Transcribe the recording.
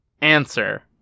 answer